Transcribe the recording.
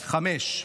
חמש.